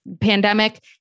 Pandemic